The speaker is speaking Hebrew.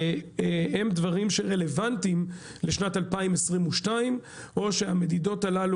הם דברים שרלוונטיים לשנת 2022 או שהמדידות הללו